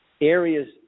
areas